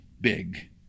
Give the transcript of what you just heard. big